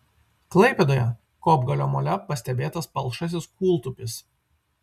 klaipėdoje kopgalio mole pastebėtas palšasis kūltupis